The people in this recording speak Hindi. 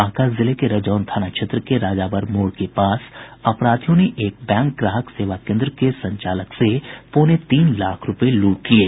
बांका जिले के रजौन थाना क्षेत्र के राजावर मोड़ के पास अपराधियों ने एक बैंक ग्राहक सेवा केन्द्र के संचालक से पौने तीन लाख रूपये लूट लिये